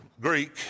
Greek